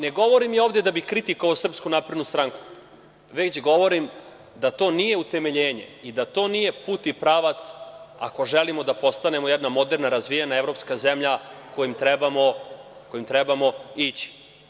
Ne govorim ja ovde da bih kritikovao SNS, već govorim da to nije utemeljenje i da to nije put i pravac ako želimo da postanemo jedna moderna, razvijena evropska zemlja kojom trebamo ići.